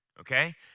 okay